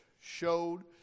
showed